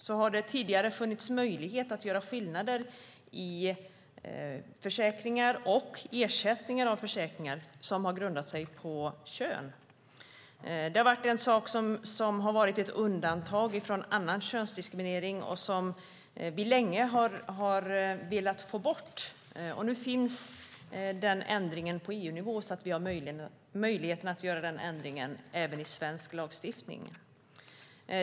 Tidigare har det funnits möjlighet att i försäkringar och ersättningar göra skillnader som grundat sig på kön. Det har varit ett undantag från könsdiskriminering som vi länge velat få bort. Nu finns den ändringen på EU-nivå, så vi har möjligheten att göra den ändringen även i svensk lagstiftning.